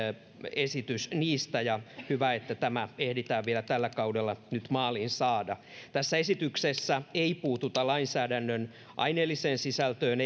esitys siitä ja hyvä että tämä ehditään vielä tällä kaudella nyt maaliin saada tässä esityksessä ei puututa lainsäädännön aineelliseen sisältöön